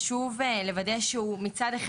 חשוב לוודא שמצד אחד,